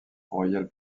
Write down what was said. royal